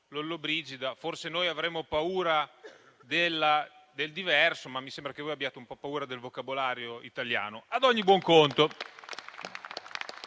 Lollobrigida: forse noi avremo paura del diverso, ma mi sembra che voi abbiate un po' paura del vocabolario italiano. Ad ogni buon conto,